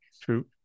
True